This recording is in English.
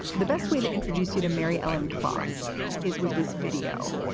the best way to introduce you to mary ellen klos is with this video.